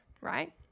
Right